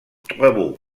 travaux